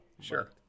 Sure